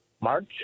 March